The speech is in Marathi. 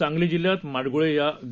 सांगलीजिल्ह्यातमाडगुळेयाग